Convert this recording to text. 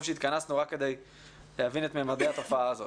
שהתכנסנו רק כדי להבין את ממדי התופעה הזאת.